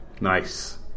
Nice